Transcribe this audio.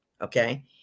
okay